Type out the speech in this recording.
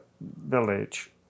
village